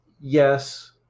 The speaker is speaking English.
yes